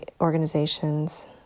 organizations